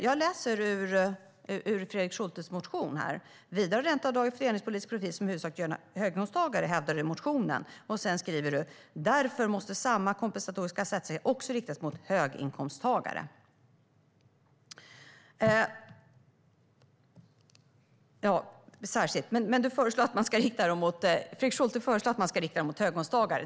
Jag ska läsa ur Fredrik Schultes motion: "Vidare har ränteavdraget en fördelningspolitisk profil som i huvudsak gynnar höginkomsttagare." Det hävdar du i motionen, Fredrik Schulte. Sedan skriver du: "Därför måste samma kompensatoriska skattesänkningar också riktas särskilt mot höginkomsttagare." Fredrik Schulte föreslår att skattesänkningarna ska riktas mot höginkomsttagare.